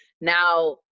Now